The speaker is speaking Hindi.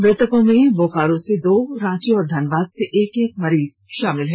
मृतकों में बोकारो से दो रांची और धनबाद से एक एक मरीज शामिल हैं